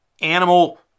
animal